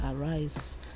arise